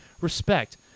Respect